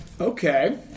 Okay